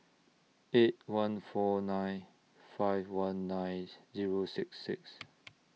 eight one four nine five one nine Zero six six